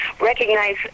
recognize